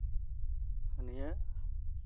ᱱᱤᱭᱟᱹ